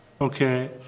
okay